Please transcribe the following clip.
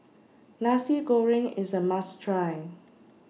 Nasi Goreng IS A must Try